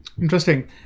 Interesting